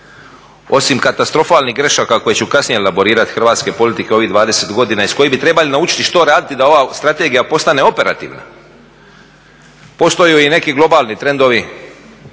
osim katastrofalnih grešaka koje ću kasnije elaborirati, hrvatske politike u ovih dvadeset godina iz kojih bi trebali naučiti što raditi da ova strategija postane operativna. Posluju i neki globalni trendovi